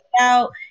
out